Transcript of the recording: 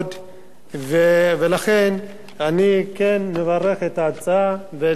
לכן אני מברך על ההצעה ותומך בהצעה.